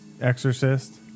Exorcist